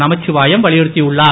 நமச்சிவாயம் வலியுறுத்தியுள்ளார்